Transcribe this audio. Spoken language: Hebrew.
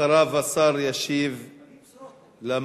אחריו, השר ישיב למציעים.